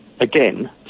again